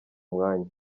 mwanya